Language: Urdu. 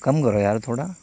کم کرو یار تھوڑا